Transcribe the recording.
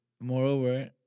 moreover